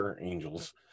angels